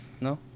No